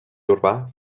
urbà